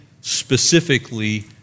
specifically